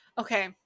Okay